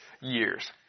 years